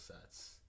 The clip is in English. sets